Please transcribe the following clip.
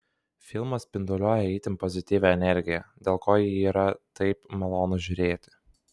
filmas spinduliuoja itin pozityvia energija dėl ko jį yra taip malonu žiūrėti